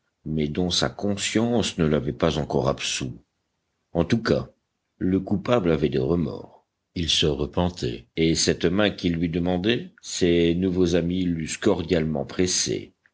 mais dont sa conscience ne l'avait pas encore absous en tout cas le coupable avait des remords il se repentait et cette main qu'ils lui demandaient ses nouveaux amis l'eussent cordialement pressée